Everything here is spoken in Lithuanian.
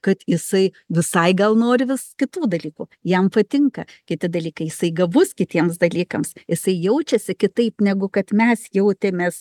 kad jisai visai gal nori vis kitų dalykų jam patinka kiti dalykai jisai gabus kitiems dalykams jisai jaučiasi kitaip negu kad mes jautėmės